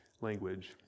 language